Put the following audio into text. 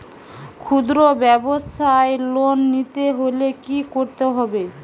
খুদ্রব্যাবসায় লোন নিতে হলে কি করতে হবে?